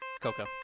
Coco